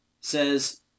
says